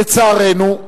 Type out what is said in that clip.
לצערנו,